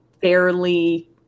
fairly